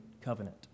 covenant